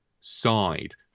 side